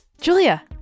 Julia